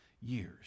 years